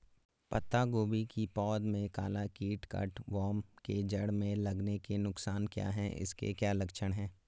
पत्ता गोभी की पौध में काला कीट कट वार्म के जड़ में लगने के नुकसान क्या हैं इसके क्या लक्षण हैं?